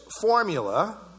formula